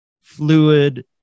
fluid